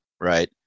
right